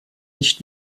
nicht